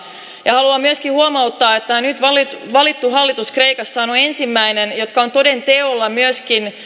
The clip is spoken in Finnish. haluan myöskin huomauttaa että nyt valittu valittu hallitus kreikassa on ensimmäinen joka on toden teolla myöskin